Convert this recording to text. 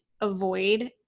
avoid